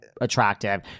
attractive